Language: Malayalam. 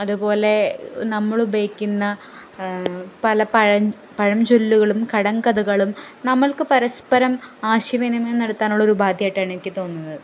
അതുപോലെ നമ്മൾ ഉപയോഗിക്കുന്ന പല പഴംചൊല്ലുകളും കടംങ്കഥകളും നമ്മൾക്ക് പരസ്പരം ആശയവിനിമയം നടത്താനുള്ള ഒരു ഉപാധി ആയിട്ടാണെനിക്ക് തോന്നുന്നത്